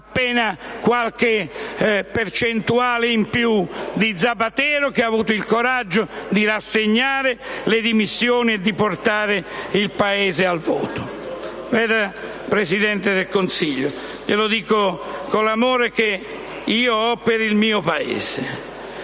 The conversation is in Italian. appena qualche punto percentuale in più di Zapatero, che ha avuto il coraggio di rassegnare le dimissioni e di portare il Paese al voto. Signor Presidente del Consiglio, glielo dico con l'amore che ho per il mio Paese,